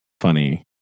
funny